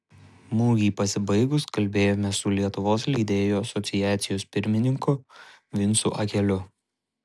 mugei pasibaigus kalbėjomės su lietuvos leidėjų asociacijos pirmininku vincu akeliu